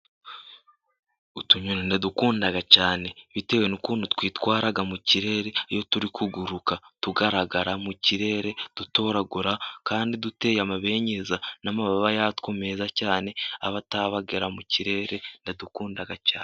Utunyoni ndadukunda cyane. Bitewe n'ukuntu twitwara mu kirere, iyo turi kuguruka, tugaragara mu kirere, dutoragura, kandi duteye amabengeza. N'amababa yatwo meza cyane, aba atabagira mu kirere, ndadukunda cyane.